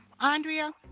Andrea